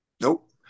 Nope